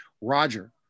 Roger